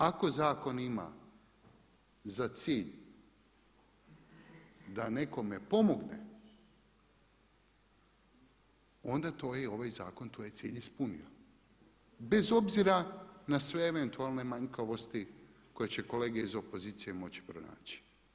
Ako zakon ima za cilj da nekome pomogne onda to je ovaj zakon svoj cilj ispunio bez obzira na sve eventualne manjkavosti koje će kolege iz opozicije moći pronaći.